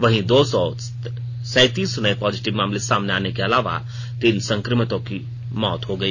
वहीं दो सौ सैंतीस नए पॉजिटिव मामले सामने आने के अलावा तीन संक्रमितों की मौत हो गई